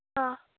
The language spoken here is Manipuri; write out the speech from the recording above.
ꯑꯥ